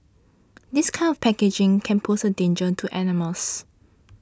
this kind of packaging can pose a danger to animals